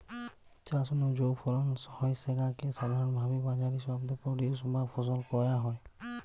চাষ নু যৌ ফলন হয় স্যাগা কে সাধারণভাবি বাজারি শব্দে প্রোডিউস বা ফসল কয়া হয়